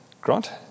Grant